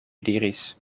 diris